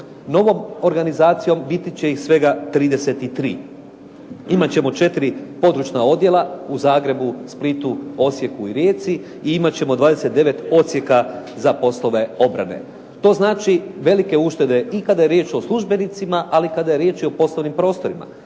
novom organizacijom biti će ih svega 33. Imat ćemo 4 područna odjela u Zagrebu, Splitu, Osijeku i Rijeci i imat ćemo 29 Odsjeka za poslove obrane. To znači velike uštede i kada je riječ o službenicima, ali i kada je riječ i o poslovnim prostorima